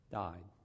died